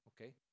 Okay